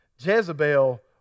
Jezebel